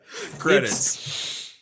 Credits